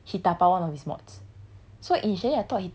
cause what happens is he dabao one of his mods